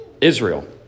Israel